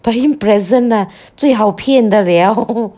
buy him present ah 最好骗得 liao